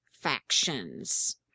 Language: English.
factions